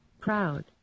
proud